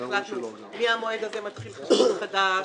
החלטנו - מהמועד הזה מתחיל חשבון חדש,